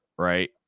right